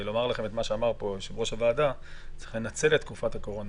לומר לכם את מה שאמר פה יושב-ראש הוועדה צריכים לנצל את תקופת הקורונה,